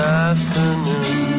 afternoon